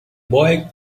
boy